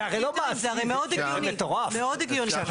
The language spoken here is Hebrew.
זה מאוד הגיוני, מאוד הגיוני.